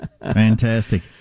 Fantastic